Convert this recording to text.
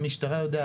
המשטרה יודעת.